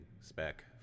Spec